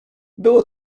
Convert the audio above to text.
było